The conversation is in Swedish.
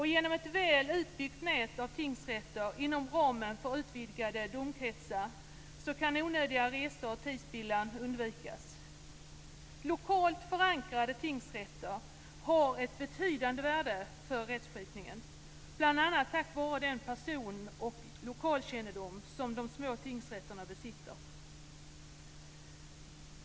Genom ett väl utbyggt nät av tingsrätter inom ramen för utvidgade domkretsar kan onödiga resor och tidsspillan undvikas. Lokalt förankrade tingsrätter har ett betydande värde för rättskipningen, bl.a. tack vare den personoch lokalkännedom som de små tingsrätterna besitter.